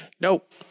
Nope